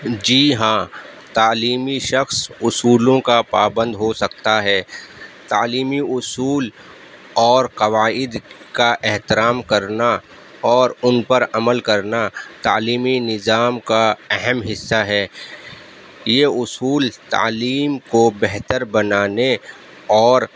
جی ہاں تعلیمی شخص اصولوں کا پابند ہو سکتا ہے تعلیمی اصول اور قواعد کا احترام کرنا اور ان پر عمل کرنا تعیلمی نظام کا اہم حِصّہ ہے یہ اصول تعلیم کو بہتر بنانے اور